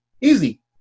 easy